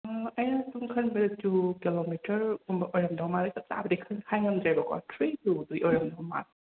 ꯑꯩꯅ ꯑꯁꯨꯝ ꯈꯟꯕꯗ ꯇꯨ ꯀꯦꯂꯣꯃꯤꯇꯔꯒꯨꯝꯕ ꯑꯣꯏꯔꯝꯗꯧ ꯃꯥꯜꯂꯦ ꯆꯞ ꯆꯥꯕꯗꯤ ꯈꯪꯗ ꯍꯥꯏ ꯉꯝꯗ꯭ꯔꯦꯕꯀꯣ ꯊ꯭ꯔꯤ ꯇꯨꯗꯤ ꯑꯣꯏꯔꯝꯗꯧ ꯃꯥꯜꯂꯦ